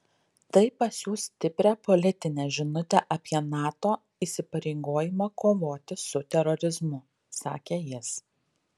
tai pasiųs stiprią politinę žinutę apie nato įsipareigojimą kovoti su terorizmu sakė jis